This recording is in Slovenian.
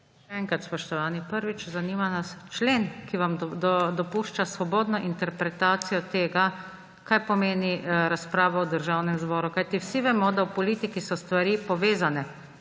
Še enkrat, spoštovani. Prvič. Zanima nas člen, ki vam dopušča svobodno interpretacijo tega, kaj pomeni razpravo v Državnem zboru. Kajti vsi vemo, da so v politiki stvari povezane,